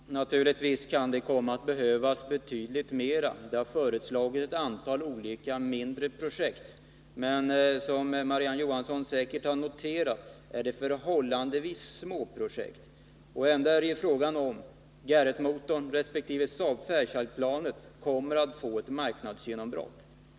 Herr talman! Naturligtvis kan det komma att behöva vidtas betydligt fler åtgärder. Det har föreslagits ett antal olika mindre projekt, men som Marie-Ann Johansson säkert har noterat är det förhållandevis små projekt. Det är ändå fråga om huruvida Garrettmotorn och Saab-Fairchildplanet kommer att få ett marknadsgenombrott.